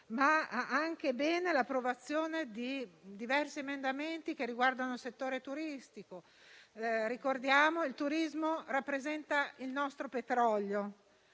Va anche bene l'approvazione di diversi emendamenti che riguardano il settore turistico. Ricordiamo che il turismo rappresenta il nostro petrolio,